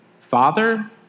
Father